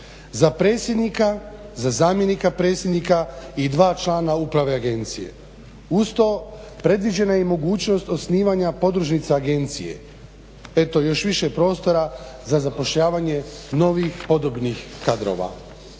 za predsjednika, za zamjenika predsjednika i 2 člana uprave agencije. Uz to predviđena je i mogućnost osnivanja podružnica agencije. Eto još više prostora za zapošljavanje novih podobnih kadrova.